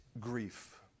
grief